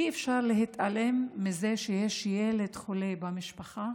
אי-אפשר להתעלם מזה שכשיש ילד חולה במשפחה